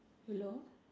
hello